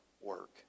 work